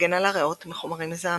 מגן על הריאות מחומרים מזהמים,